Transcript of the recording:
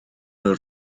nhw